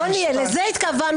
לא להוריד.